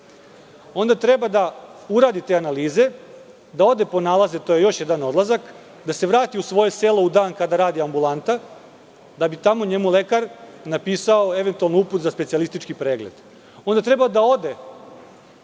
Treba da uradi te analize, da ode po nalaze, to je još jedan odlazak, da se vrati u svoje selo u dan kada radi ambulanta da bi mu lekar napisao eventualno uput za specijalistički pregled. Onda treba da ode